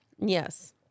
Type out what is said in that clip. Yes